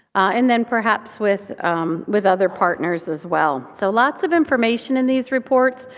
and then perhaps with with other partners as well? so lots of information in these reports.